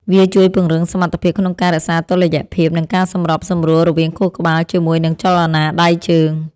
វាជួយពង្រឹងសមត្ថភាពក្នុងការរក្សាតុល្យភាព និងការសម្របសម្រួលរវាងខួរក្បាលជាមួយនឹងចលនាដៃជើង។